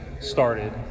started